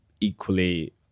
equally